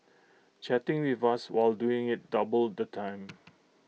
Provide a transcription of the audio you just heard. chatting with us while doing IT doubled the time